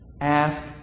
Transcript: Ask